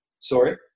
Sorry